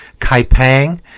Kaipang